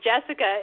Jessica